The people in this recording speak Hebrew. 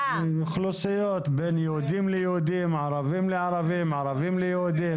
בין יהודים ליהודים, ערבים לערבים, ערבים ליהודים.